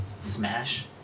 Smash